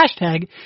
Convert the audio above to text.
hashtag